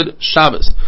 Shabbos